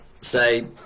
say